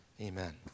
Amen